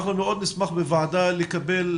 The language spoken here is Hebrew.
אנחנו מאוד נשמח בוועדה לקבל,